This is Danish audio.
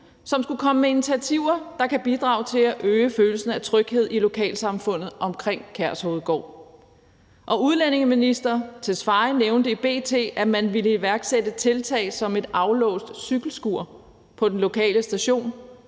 som skulle komme med initiativer, der kan bidrage til at øge følelsen af tryghed i lokalsamfundet omkring Kærshovedgård, og udlændingeministeren nævnte i B.T., at man ville iværksætte tiltag som et aflåst cykelskur på den lokale station